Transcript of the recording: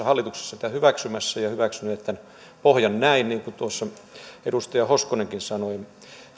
hallituksessa ollut hyväksymässä ja on hyväksynyt tämän pohjan näin niin kuin tuossa edustaja hoskonenkin sanoi